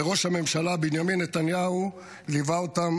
וראש הממשלה בנימין נתניהו ליווה אותם